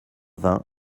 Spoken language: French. vingt